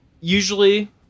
usually